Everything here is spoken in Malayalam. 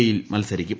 ഇ യിൽ മത്സരിക്കും